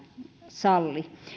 salli